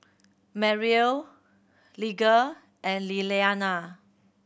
Mariel Lige and Liliana